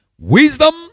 Wisdom